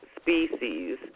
species